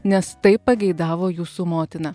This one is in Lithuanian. nes taip pageidavo jūsų motina